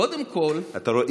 קודם כול, אתה רואה?